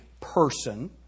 person